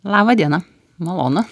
laba diena malonu